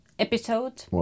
Episode